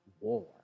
war